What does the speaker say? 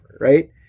right